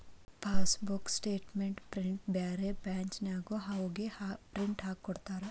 passbook statement ಪ್ರಿಂಟ್ನ ಬ್ಯಾರೆ ಬ್ರಾಂಚ್ನ್ಯಾಗು ಹೋಗಿ ಪ್ರಿಂಟ್ ಹಾಕಿಕೊಡ್ತಾರ